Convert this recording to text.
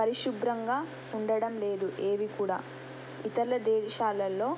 పరిశుభ్రంగా ఉండటం లేదు ఏవి కూడా ఇతర దేశాలల్లో